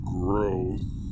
growth